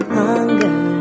hunger